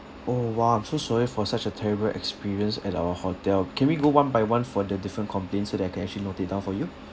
oh !wah! I'm so sorry for such a terrible experience at our hotel can we go one by one for the different complaints so that I can actually note it down for you